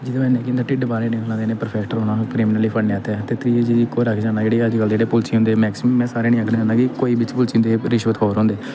जेह्दी ब'जा नै कि इं'दा ढिड्ढ बाह्रे गी निकला दे न ते इ'नें परफैक्ट रौह्ना हा क्रिमिनल गी फड़ने आस्तै ते त्री चीज इक होर आखी सकनां जेह्की एह् अजकल्ल जेह्ड़े पुलसिये होंदे जेह्ड़े मैक्सीमम में सारे निं आखना चाह्न्नां कि कोई बिच्च पुलसिये होंदे एह् रिश्वतखोर होंदे